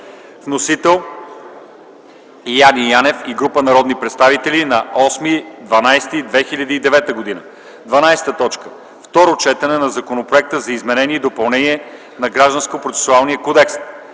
Вносители: Яне Янев и група народни представители, 8.12.2009 г. 12. Второ четене на Законопроекта за изменение и допълнение на Гражданския процесуален кодекс,